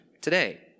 today